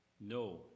No